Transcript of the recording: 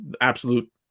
absolute